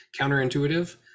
counterintuitive